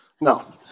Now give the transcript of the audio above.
No